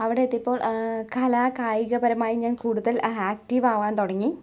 അവിടെയെത്തിയപ്പോൾ കലാകായികപരമായി ഞാൻ കൂടുതൽ ആക്റ്റീവാകാൻ തുടങ്ങി